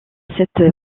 cette